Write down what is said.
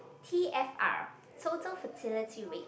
t_f_r total fertility rate